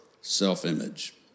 self-image